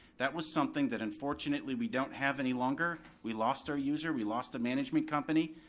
that was something that unfortunately we don't have any longer, we lost our user, we lost a management company.